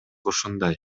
ушундай